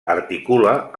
articula